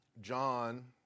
John